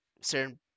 certain